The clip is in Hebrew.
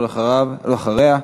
ואחריה,